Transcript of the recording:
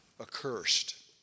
accursed